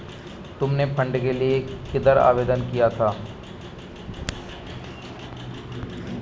तुमने फंड के लिए किधर आवेदन किया था?